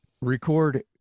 record